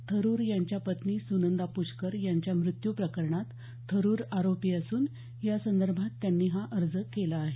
थरुर यांच्या पत्नी सुनंदा प्रष्कर यांच्या मृत्यूप्रकरणात थरूर आरोपी असून यासंदर्भात त्यांनी हा अर्ज केला आहे